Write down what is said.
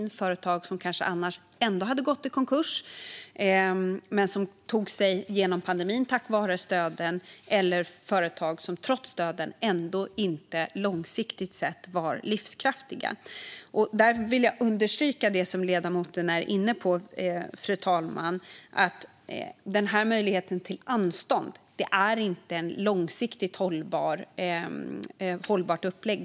Det var företag som kanske annars ändå hade gått i konkurs men som tog sig genom pandemin tack vare stöden, eller det var företag som trots stöden ändå inte långsiktigt sett var livskraftiga. Fru talman! Jag vill understryka det ledamoten tog upp, nämligen att möjligheten till anstånd inte är ett långsiktigt hållbart upplägg.